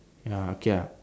ya okay ah